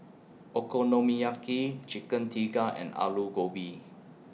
Okonomiyaki Chicken Tikka and Alu Gobi